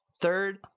third